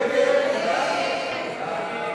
ההסתייגויות לסעיף 47,